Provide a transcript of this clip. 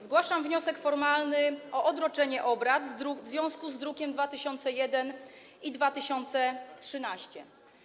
Zgłaszam wniosek formalny o odroczenie obrad w związku z drukami nr 2001 i 2113.